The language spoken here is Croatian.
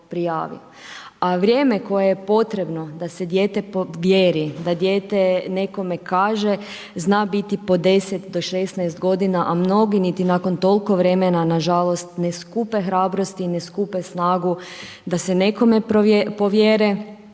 A vrijeme koje je potrebno da se dijete povjeri, da dijete nekome kaže zna biti po 10 do 16 godina, a mnogi niti nakon toliko vremena nažalost ne skupe hrabrosti, ne skupe snagu da se nekome povjere,